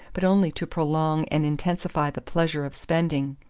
but only to prolong and intensify the pleasure of spending.